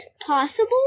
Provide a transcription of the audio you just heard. possible